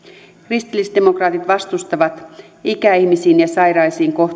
kristillisdemokraatit vastustavat ikäihmisiin ja sairaisiin